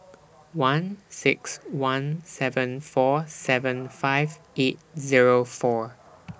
one six one seven four seven five eight Zero four